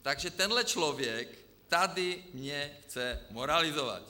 Takže tenhle člověk tady mě chce moralizovat.